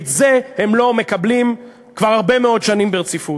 את זה הם לא מקבלים כבר הרבה מאוד שנים ברציפות.